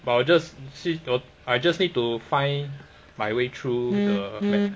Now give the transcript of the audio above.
but I just switch the~ I just need to find my way through noise